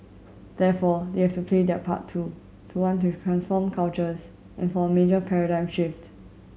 therefore they have to play their part too to want to transform cultures and for a major paradigm shift